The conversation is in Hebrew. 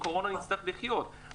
נצטרך לחיות עם הקורונה,